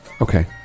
okay